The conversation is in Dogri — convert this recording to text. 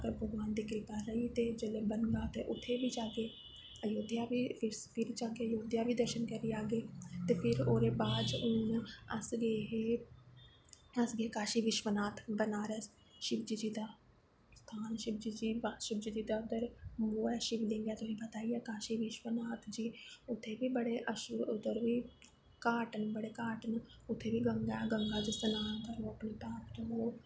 भगवान दी कृपा रेही जिसले बनगा ते उत्थें बी जाह्गे अयोध्य बी फिर जाह्गे ते दर्शन करी औगे ते ओह्दे बाद फिर हून अस गे हे अस गे हे काशी विशवनाथ शिव जी दै स्थान शिव जी दा उद्धर शिव लिंग ऐ काशी विशव नाथ जी उत्थें बी बड़े अच्छे उद्धर बी बड़े घाट न उत्थें बी गंगा ऐ ते गंगा च सनान ते